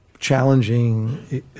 challenging